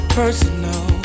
personal